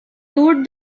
toured